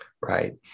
Right